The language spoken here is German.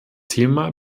thema